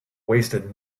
wasted